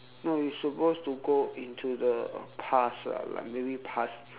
no you supposed to go into the past uh like maybe past